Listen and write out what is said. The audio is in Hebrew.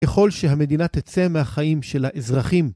ככל שהמדינה תצא מהחיים של האזרחים...